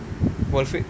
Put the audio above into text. what is it